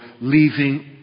leaving